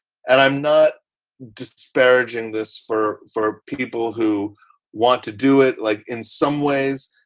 and i'm not disparaging this for for people who want to do it. like, in some ways,